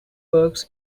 works